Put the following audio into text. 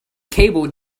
cable